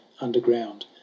underground